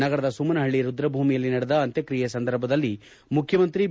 ನಗರದ ಸುಮ್ನಹಳ್ಳಿ ರುದ್ರಭೂಮಿಯಲ್ಲಿ ನಡೆದ ಅಂತ್ಯಕ್ತಿಯೆ ಸಂದರ್ಭದಲ್ಲಿ ಮುಖ್ಯಮಂತ್ರಿ ಬಿ